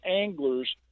anglers